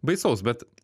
baisaus bet